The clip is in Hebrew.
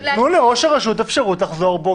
תנו לראש הרשות אפשרות לחזור בו,